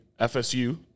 FSU